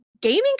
gaming